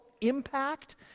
impact